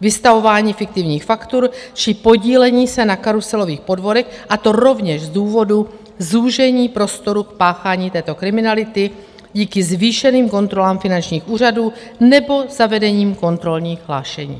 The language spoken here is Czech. vystavování fiktivních faktur či podílení se na karuselových podvodech, a to rovněž z důvodu zúžení prostoru k páchání této kriminality díky zvýšeným kontrolám finančních úřadů nebo zavedení kontrolních hlášení.